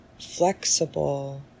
flexible